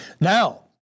Now